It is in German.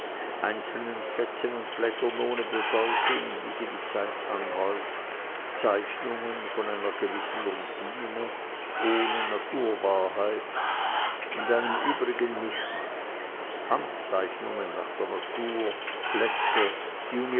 einzelnen fetzen und blättern ohne bedeutung wie sie die zeit anhäuft zeichnungen von einer gewissen routine ohne naturwahrheit und einem übrigen mischmasch handzeichnungen nach der natur blätter die